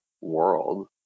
world